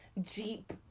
Jeep